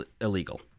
illegal